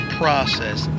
process